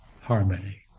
harmony